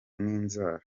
n’inzara